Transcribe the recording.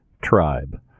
tribe